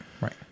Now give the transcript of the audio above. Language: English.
right